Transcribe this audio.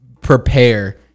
prepare